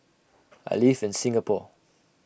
I live in Singapore